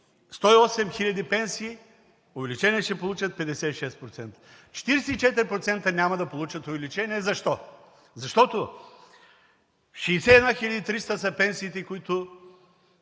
108 хил. пенсии, увеличение ще получат 56%, 44% няма да получат увеличение. Защо? Защото 61 хил. 300 са пенсиите, които